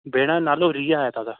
भेण जो नालो रिया आहे दादा